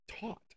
taught